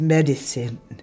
Medicine